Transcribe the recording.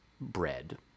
bread